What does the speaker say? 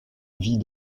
vie